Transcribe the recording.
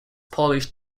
polish